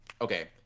okay